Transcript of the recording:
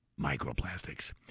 microplastics